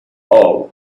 all